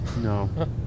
no